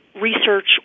research